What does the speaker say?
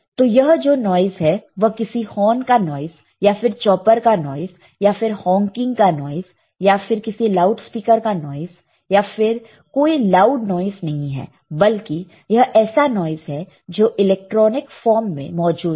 तो यह जो नॉइस है वह किसी हॉर्न का नॉइस या फिर चॉपर का नॉइस या फिर हॉकिंग का नॉइस या फिर किसी लाउडस्पीकर का नॉइस या फिर कोई लाउड नॉइस नहीं है बल्कि यह ऐसे नॉइस है जो इलेक्ट्रॉनिक फॉर्म में मौजूद है